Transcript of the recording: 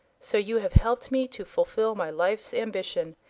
so you have helped me to fulfill my life's ambition,